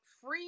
free